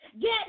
Get